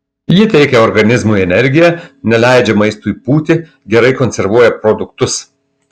ji teikia organizmui energiją neleidžia maistui pūti gerai konservuoja produktus